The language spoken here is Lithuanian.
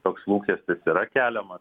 toks lūkestis yra keliamas